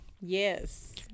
Yes